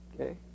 okay